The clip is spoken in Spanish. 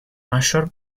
mayor